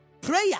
Prayer